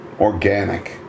organic